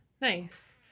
Nice